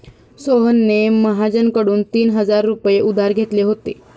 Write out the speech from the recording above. सोहनने महाजनकडून तीन हजार रुपये उधार घेतले होते